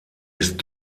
ist